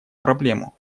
проблему